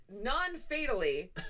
non-fatally